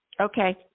Okay